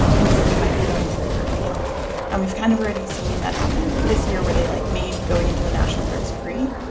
and so we might be going further afield and we've kind of already seen that happen this year, where they, like, made going into the national parks free.